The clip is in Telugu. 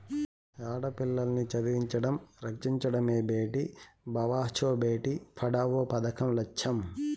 ఆడపిల్లల్ని చదివించడం, రక్షించడమే భేటీ బచావో బేటీ పడావో పదకం లచ్చెం